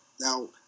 Now